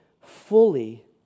fully